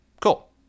Cool